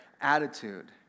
attitude